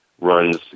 runs